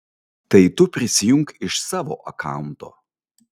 tai tu prisijunk iš savo akaunto